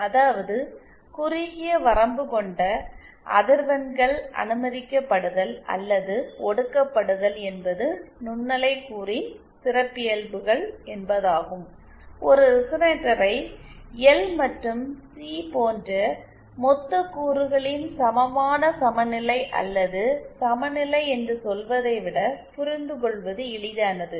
அதாவது குறுகிய வரம்பு கொண்ட அதிர்வெண்கள் அனுமதிக்கப்படுதல் அல்லது ஒடுக்கப்படுதல் என்பது நுண்ணலை கூறின் சிறப்பியல்புகள் என்பதாகும் ஒரு ரெசனேட்டரை எல் மற்றும் சி போன்ற மொத்த கூறுகளின் சமமான சமநிலை அல்லது சமநிலை என்று சொல்வதை விட புரிந்து கொள்வது எளிதானது